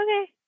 okay